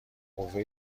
قوه